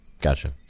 gotcha